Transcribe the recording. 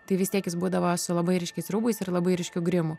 tai vis tiek jis būdavo su labai ryškiais rūbais ir labai ryškiu grimu